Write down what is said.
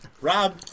Rob